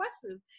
questions